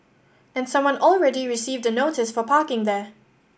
and someone already received the notice for parking there